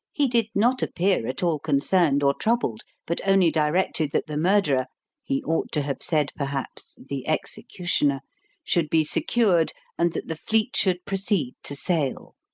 he did not appear at all concerned or troubled, but only directed that the murderer he ought to have said, perhaps, the executioner should be secured, and that the fleet should proceed to sail.